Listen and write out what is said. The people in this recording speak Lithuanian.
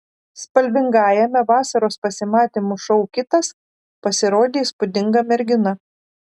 spalvingajame vasaros pasimatymų šou kitas pasirodė įspūdinga mergina